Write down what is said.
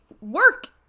work